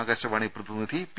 ആകാശവാണി പ്രതിനിധി പി